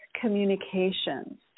communications